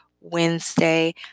Wednesday